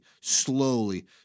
slowly